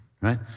right